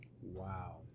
Wow